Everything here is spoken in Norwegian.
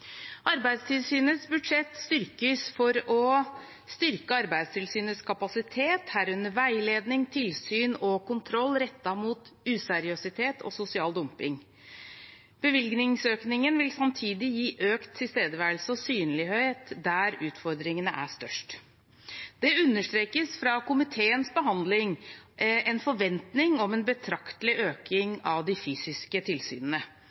Arbeidstilsynets budsjett styrkes for å styrke Arbeidstilsynets kapasitet, herunder veiledning, tilsyn og kontroll rettet mot useriøsitet og sosial dumping. Bevilgningsøkningen vil samtidig gi økt tilstedeværelse og synlighet der utfordringene er størst. Det understrekes fra komiteens behandling en forventning om en betraktelig økning av de fysiske tilsynene.